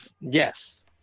Yes